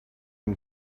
une